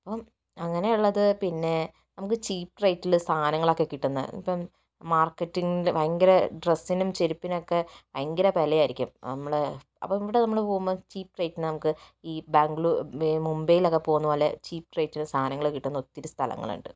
അപ്പോൾ അങ്ങനെയുള്ളത് പിന്നെ നമുക്ക് ചീപ്പ് റേറ്റില് സാധനങ്ങൾ ഒക്കെ കിട്ടുന്ന ഇപ്പോൾ മാർക്കറ്റിങ്ങില് ഭയങ്കര ഡ്രെസ്സിനും ചെരുപ്പിനും ഒക്കെ ഭയങ്കര വിലയായിരിക്കും നമ്മൾ അപ്പോൾ ഇവിടെ നമ്മള് പോകുമ്പോൾ ചീപ്പ് റേറ്റിന് നമുക്ക് ഈ ബാംഗ്ലൂർ മുംബൈലൊക്കെ പോകുന്ന പോലെ ചീപ്പ് റേറ്റിന് സാധനങ്ങൾ കിട്ടുന്ന ഒത്തിരി സ്ഥലങ്ങളുണ്ട്